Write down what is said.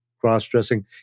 cross-dressing